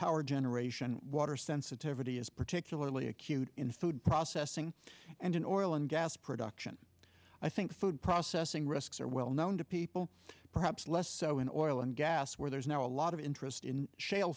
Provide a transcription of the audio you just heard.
power generation water sensitivity is particularly acute in food processing and an oil and gas production i think food processing risks are well known to people perhaps less so in oil and gas where there is now a lot of interest in sh